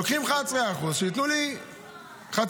לוקחים 11% שייתנו לי חצי,